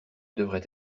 devrait